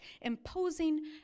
imposing